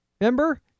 Remember